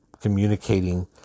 communicating